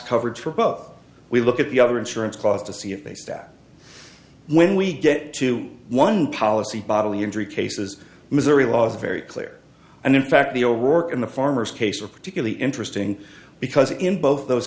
covered for above we look at the other insurance costs to see if they stat when we get to one policy bodily injury cases missouri law is very clear and in fact the o'rourke in the farmers case were particularly interesting because in both of those